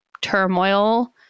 turmoil